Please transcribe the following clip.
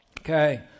Okay